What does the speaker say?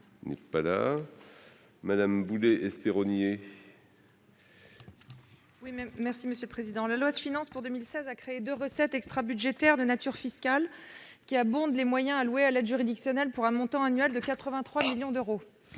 l'amendement n° I-966 rectifié. La loi de finances pour 2016 a créé deux recettes extrabudgétaires de nature fiscale qui abondent les moyens alloués à l'aide juridictionnelle, pour un montant annuel de 83 millions d'euros.